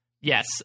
Yes